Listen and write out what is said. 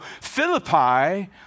Philippi